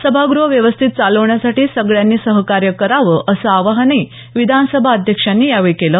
सभागृह व्यवस्थित चालवण्यासाठी सगळ्यांनी सहकार्य करावं असं आवाहनही विधानसभा अध्यक्षांनी यावेळी केलं